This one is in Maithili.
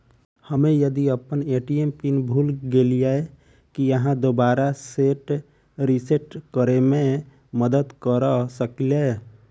हम्मे यदि अप्पन ए.टी.एम पिन भूल गेलियै, की अहाँ दोबारा सेट रिसेट करैमे मदद करऽ सकलिये?